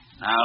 Now